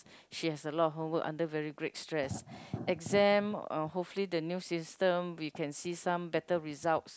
she has a lot of homework under very great stress exam uh hopefully the new system we can see some better results